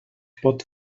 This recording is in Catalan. pot